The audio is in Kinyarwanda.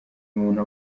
umuntu